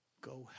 Go